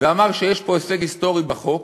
ואמר שיש פה הישג היסטורי בחוק,